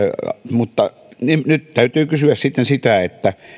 mutta nyt täytyy kysyä sitten sitä että